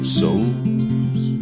souls